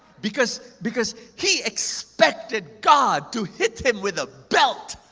because because he expected god to hit him with a belt.